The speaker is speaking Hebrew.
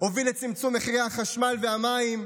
והוביל לצמצום מחירי החשמל והמים.